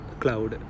cloud